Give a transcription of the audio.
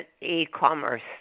e-commerce